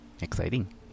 Exciting